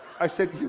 i said,